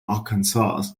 arkansas